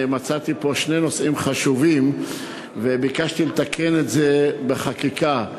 מצאתי פה שני נושאים חשובים וביקשתי לתקן את זה בחקיקה.